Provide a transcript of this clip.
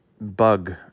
bug